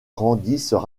grandissent